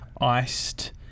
iced